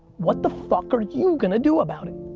what the fuck are you gonna do about it?